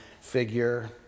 figure